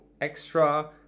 extra